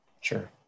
Sure